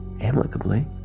amicably